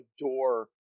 adore